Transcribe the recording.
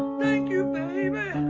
thank you, baby